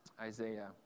Isaiah